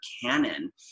canon